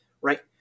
right